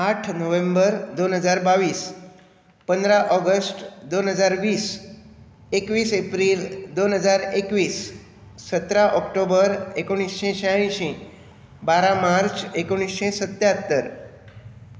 आठ नोव्हेंबर दोन हजार बावीस पंदरा ऑगस्ट दोन हजार वीस एकवीस एप्रील दोन हजार एकवीस सतरा ऑक्टोबर एकुणीशी शांयशीं बारा मार्च एकुणीशी सत्त्यात्तर